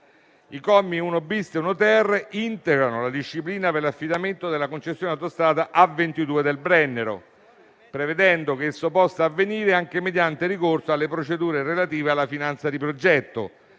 I commi 1-*bis* e 1-*ter* integrano la disciplina per l'affidamento della concessione dell'autostrada A22 del Brennero, prevedendo che esso possa avvenire anche mediante ricorso alle procedure relative alla finanza di progetto,